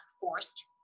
forced